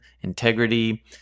integrity